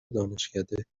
دانشکده